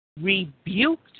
rebuked